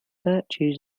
virtues